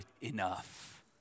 enough